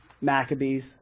Maccabees